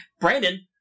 Brandon